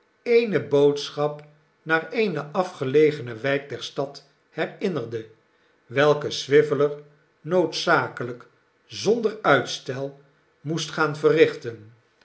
eene boodschap naar eene afgelegene wijk der stad herinnerde welke swiveller noodzakelijk zonder uitstel moest gaan verrichten